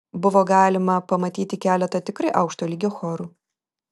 buvo galima pamatyti keletą tikrai aukšto lygio chorų